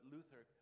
Luther